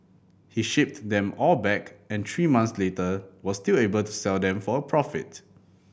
he shipped them all back and three months later was still able to sell them for a profit